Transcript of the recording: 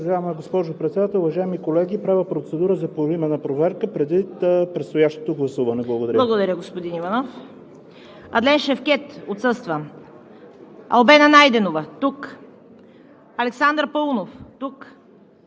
Благодаря, господин Иванов.